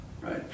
right